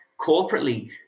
corporately